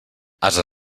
ase